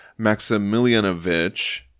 Maximilianovich